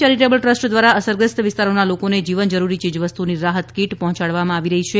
charitable trust દ્વારા અસરગ્રસ્ત વિસ્તારોના લોકોને જીવનજરૂરી ચીજવસ્તુની રાહતકીટ પહોંચાડવામાં આ વી રહી છે